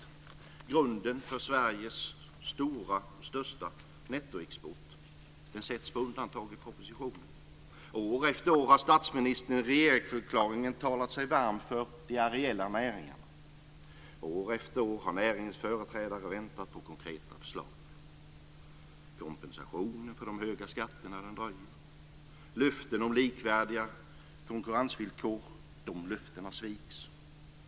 Den är grunden för Sveriges största nettoexport. Den sätts på undantag i propositionen. År efter år har statsministern i regeringsförklaringen talat sig varm för de areella näringarna. År efter år har näringens företrädare väntat på konkreta förslag. Kompensation för de höga skatterna dröjer, och löftena om likvärdiga konkurrensvillkor sviks.